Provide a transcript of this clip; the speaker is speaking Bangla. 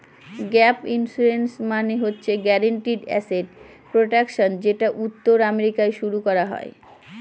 গ্যাপ ইন্সুরেন্স মানে হচ্ছে গ্যারান্টিড এসেট প্রটেকশন যেটা উত্তর আমেরিকায় শুরু করা হয়